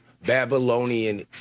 Babylonian